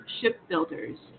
shipbuilders